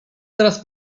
teraz